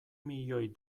milioi